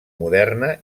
moderna